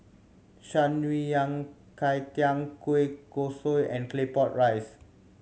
Shan Rui Yao Cai Tang kueh kosui and Claypot Rice